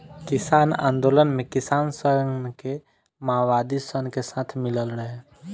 किसान आन्दोलन मे किसान सन के मओवादी सन के साथ मिलल रहे